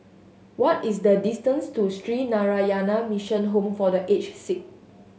what is the distance to Sree Narayana Mission Home for The Aged Sick